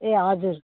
ए हजुर